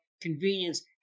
convenience